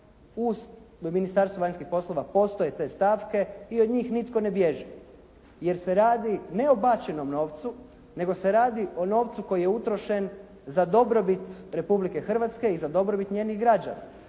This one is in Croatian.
uz Ministarstvo vanjskih poslova postoje te stavke i od njih nitko ne bježi jer se radi ne o bačenom novcu nego se radi o novcu koji je utrošen za dobrobit Republike Hrvatske i za dobrobit njenih građana.